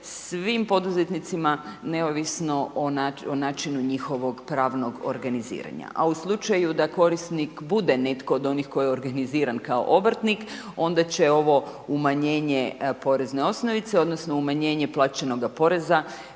svim poduzetnicima neovisno o načinu njihovog pravnog organiziranja. A u slučaju da korisnik bude netko od onih koji je organiziran kao obrtnik, onda će ovo umanjenje porezne osnovice odnosno umanjenje plaćenoga poreza